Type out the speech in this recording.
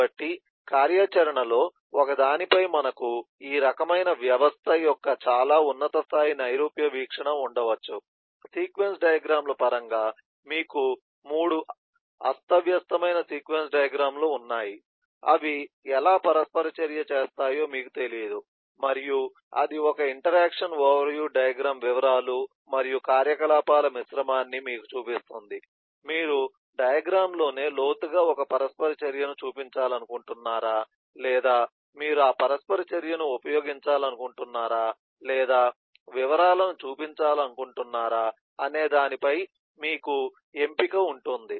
కాబట్టి కార్యాచరణలో ఒకదానిపై మనకు ఈ రకమైన వ్యవస్థ యొక్క చాలా ఉన్నత స్థాయి నైరూప్య వీక్షణ ఉండవచ్చు సీక్వెన్స్ డయాగ్రమ్ ల పరంగా మీకు 3 అస్తవ్యస్తమైన సీక్వెన్స్ డయాగ్రమ్ లు ఉన్నాయి అవి ఎలా పరస్పర చర్య చేస్తాయో మీకు తెలియదు మరియు అది ఒక ఇంటరాక్షన్ ఓవర్ వ్యూ డయాగ్రమ్ వివరాలు మరియు కార్యకలాపాల మిశ్రమాన్ని మీకు చూపిస్తుంది మీరు డయాగ్రమ్ లోనే లోతుగా ఒక పరస్పర చర్యను చూపించాలనుకుంటున్నారా లేదా మీరు ఆ పరస్పర చర్యను ఉపయోగించాలనుకుంటున్నారా లేదా వివరాలను చూపించాలనుకుంటున్నారా అనే దానిపై మీకు ఎంపిక ఉంటుంది